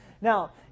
Now